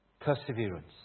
perseverance